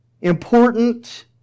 important